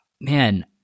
man